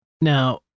Now